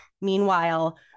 Meanwhile